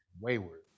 wayward